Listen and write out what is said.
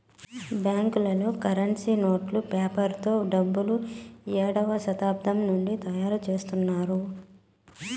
బ్యాంకులలో కరెన్సీ నోట్లు పేపర్ తో డబ్బులు ఏడవ శతాబ్దం నుండి తయారుచేత్తున్నారు